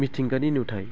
मिथिंगानि नुथाइ